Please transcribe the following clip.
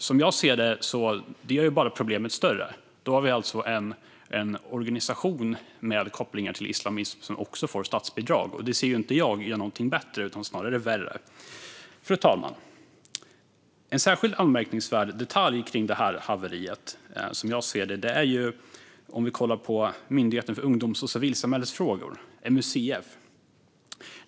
Som jag ser det gör det bara problemet större. Då har vi alltså en organisation med kopplingar till islamism som även får statsbidrag. Jag anser att det inte gör någonting bättre utan snarare värre. Fru talman! En särskilt anmärkningsvärd detalj i detta haveri, vilket jag ser det som, gäller Myndigheten för ungdoms och civilsamhällesfrågor, MUCF.